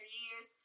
years